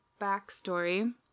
backstory